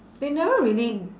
they never really